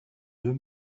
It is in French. deux